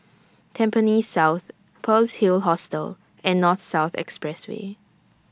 Tampines South Pearl's Hill Hostel and North South Expressway